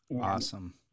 Awesome